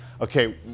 okay